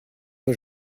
que